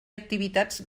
activitats